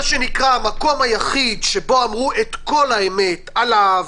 בבלפור המקום היחיד שבו אמרו את כל האמת עליו,